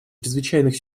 чрезвычайных